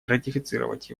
ратифицировать